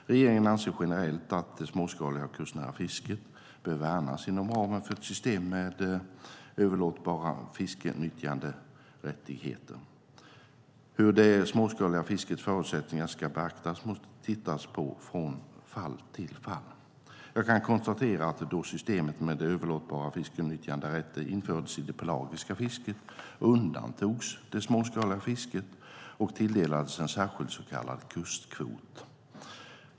Regeringen anser generellt att det småskaliga och kustnära fisket bör värnas inom ramen för ett system med överlåtbara fiskenyttjanderättigheter. Hur det småskaliga fiskets förutsättningar ska beaktas måste tittas på från fall till fall. Jag kan konstatera att då systemet med överlåtbara fiskenyttjanderätter infördes i det pelagiska fisket undantogs det småskaliga fisket och tilldelades en särskild så kallad kustkvot.